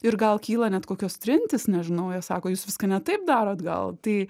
ir gal kyla net kokios trintys nežinau jie sako jūs viską ne taip darot gal tai